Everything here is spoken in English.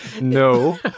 No